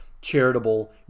charitable